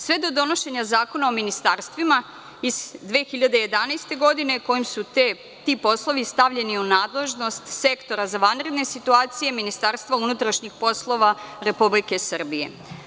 Sve do donošenja Zakona o ministarstvima iz 2011. godine, kojim su ti poslovi stavljeni u nadležnost Sektora za vanredne situacije MUP Republike Srbije.